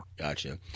Gotcha